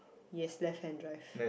yes left hand drive